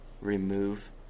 Remove